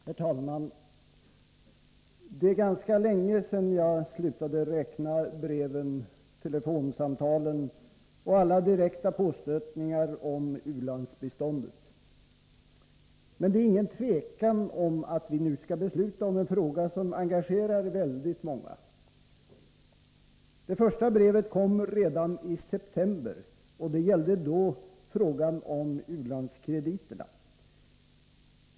Herr talman! Det är ganska länge sedan jag slutade räkna breven, telefonsamtalen och alla direkta påstötningar om u-landsbiståndet. Men det är ingen tvekan om att vi nu skall besluta om en fråga som engagerar väldigt många. Det första brevet kom redan i september, och det gällde frågan om u-landskrediterna.